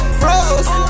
froze